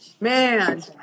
Man